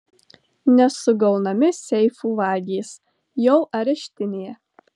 nesugaunami seifų vagys jau areštinėje